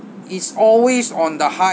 it's always on the high